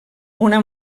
una